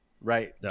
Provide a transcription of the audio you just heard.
right